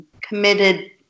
committed